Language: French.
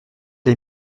les